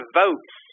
votes